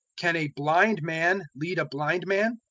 can a blind man lead a blind man?